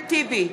אחמד טיבי,